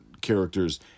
characters